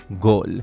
Gol